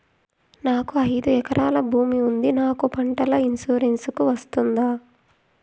నాకు ఐదు ఎకరాల భూమి ఉంది నాకు పంటల ఇన్సూరెన్సుకు వస్తుందా?